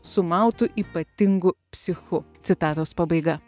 sumautu ypatingu psichu citatos pabaiga